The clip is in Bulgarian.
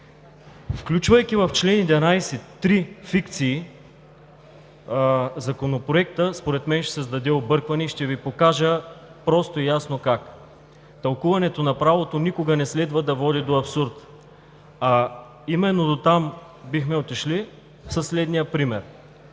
Включвайки в чл. 11 три фикции, Законопроектът според мен ще създаде объркване и ще Ви покажа просто и ясно как. Тълкуването на правото никога не следва да води до абсурд, а именно дотам бихме отишли със следния пример: